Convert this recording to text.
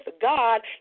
God